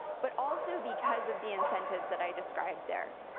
but also because of the incentives that i describe there.